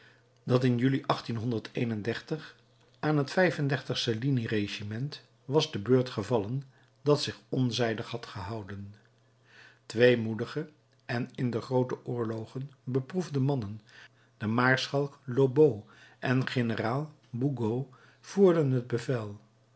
dat in juli aan het vijf-en-dertig ellini regiment was te beurt gevallen dat zich onzijdig had gehouden twee moedige en in de groote oorlogen beproefde mannen de maarschalk lobau en generaal bugeaud voerden t bevel